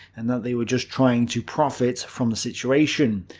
and that they were just trying to profit from the situation.